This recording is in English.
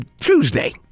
Tuesday